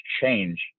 change